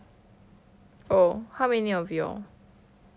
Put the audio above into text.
oh how many of you all